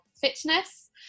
fitness